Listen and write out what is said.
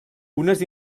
unes